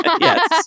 Yes